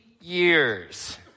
years